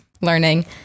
learning